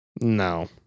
No